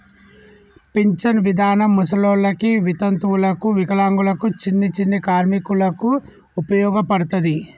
pension విధానం ముసలోళ్ళకి వితంతువులకు వికలాంగులకు చిన్ని చిన్ని కార్మికులకు ఉపయోగపడతది